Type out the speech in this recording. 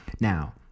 Now